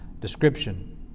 description